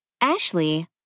Ashley